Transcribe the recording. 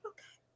Okay